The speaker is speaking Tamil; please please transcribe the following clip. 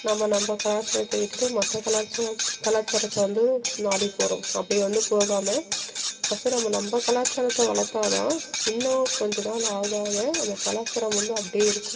நம்ம நம்ம கலாச்சாரத்தை விட்டுட்டு மற்ற கலாச்சார கலாச்சாரத்தை வந்து நாடிப் போகிறோம் அப்படி வந்து போகாமல் ஃபஸ்ட்டு நம்ம நம்ம கலாச்சாரத்தை வளர்த்தா தான் இன்னும் கொஞ்சம் நாள் ஆக ஆக அந்த கலாச்சாரம் வந்து அப்படியே இருக்கும்